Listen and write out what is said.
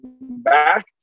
back